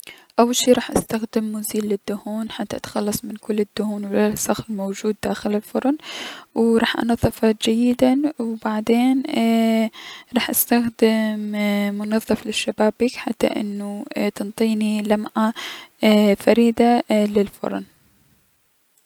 اول شي راح استخدم مزيل الدهون حتى اتخلص من كل الدهون و الوسخ الموجود داخل الفرن و راح انضفه جيدا و بعدين اي راح استخدم منظف للشبابيك حتى انو تنطيني لمعة فريدة للفرن.